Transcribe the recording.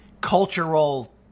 cultural